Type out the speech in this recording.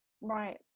right